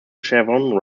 chevron